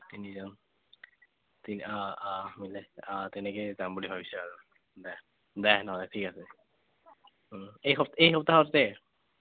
কেনি যাম ঠিক অঁ অঁ মিলে অঁ তেনেকৈয়ে যাম বুলি ভাবিছোঁ আৰু দে দে নহ'লে ঠিক আছে এই এই সপ্তাহতে